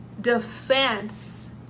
defense